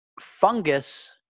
fungus